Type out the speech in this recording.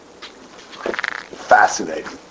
Fascinating